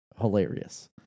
hilarious